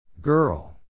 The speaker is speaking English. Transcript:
Girl